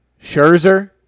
Scherzer